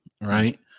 right